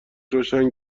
روشن